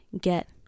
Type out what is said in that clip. get